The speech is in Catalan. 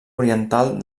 oriental